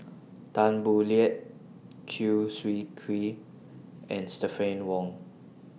Tan Boo Liat Chew Swee Kee and Stephanie Wong